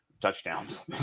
touchdowns